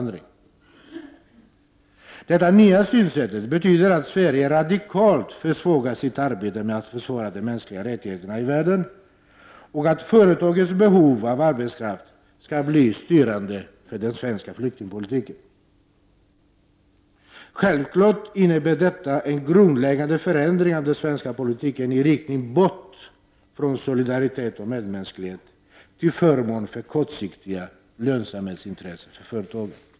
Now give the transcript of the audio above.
Detta nya synsätt betyder att Sverige radikalt försvagar sitt arbete med att försvara de mänskliga rättigheterna i världen och att företagens behov av arbetskraft skall bli styrande för den svenska flyktingpolitiken. Självfallet innebär detta en grundläggande förändring av den svenska politiken i riktning bort från solidaritet och medmänsklighet till förmån för kortsiktiga lönsamhetsintressen för företagen.